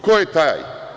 Ko je taj?